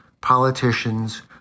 politicians